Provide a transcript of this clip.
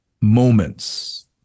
moments